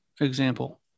example